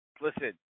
listen